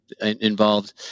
involved